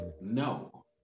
no